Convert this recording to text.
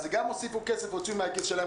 אז גם הוסיפו כסף שהוציאו מהכיס שלהם,